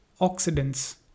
oxidants